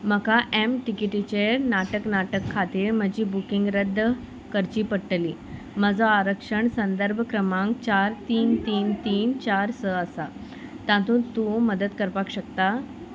म्हाका एम टिकेटीचेर नाटक नाटक खातीर म्हजी बुकींग रद्द करची पडटली म्हजो आरक्षण संदर्भ क्रमांक चार तीन तीन तीन चार स आसा तातूंत तूं मदत करपाक शकता